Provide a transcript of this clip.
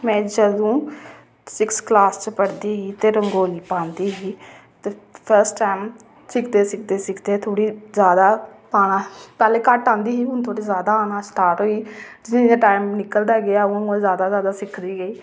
में जदूं sixth class च पढ़दी ही ते रंगोली पांदी ही ते फर्स्ट टाईम सिखदे सिखदे सिखदे थोह्ड़ी जैदा आई पैह्लें घट्ट औंदी ही हून थोह्ड़ा जैदा आई जि'यां जि'यां टैम निकलदा गेआ उ'आं उ'आं जाच जैदा औंदी गेई